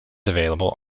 available